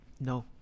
No